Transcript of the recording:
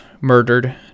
murdered